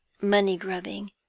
money-grubbing